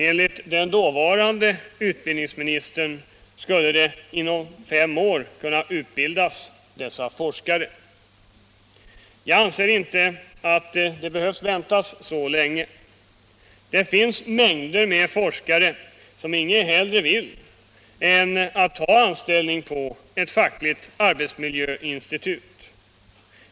Enligt den förutvarande utbildningsministern skulle dessa forskare kunna utbildas inom fem år. Jag anser inte att vi behöver vänta så länge. Det finns mängder av forskare som inget hellre vill än att ta anställning på ett fackligt arbetsmiljöinstitut.